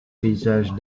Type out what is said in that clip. paysages